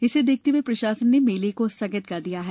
इसे देखते हुए प्रशासन ने मेले को स्थगित कर दिया है